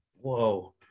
Whoa